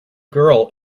girl